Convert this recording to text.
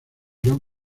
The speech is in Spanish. gran